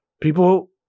people